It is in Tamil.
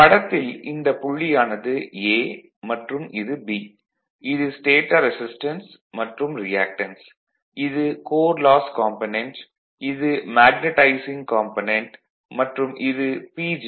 படத்தில் இந்தப் புள்ளியானது a மற்றும் இது b இது ஸ்டேடார் ரெசிஸ்டன்ஸ் மற்றும் ரியாக்டன்ஸ் இது கோர் லாஸ் காம்பனென்ட் இது மேக்னடைசிங் காம்பனென்ட் மற்றும் இது PG3